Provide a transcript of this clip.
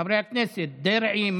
חברי הכנסת אריה מכלוף דרעי,